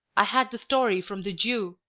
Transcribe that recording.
i had the story from the jew,